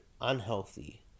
unhealthy